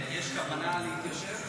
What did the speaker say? יש כוונה להתיישב?